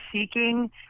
seeking